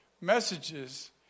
messages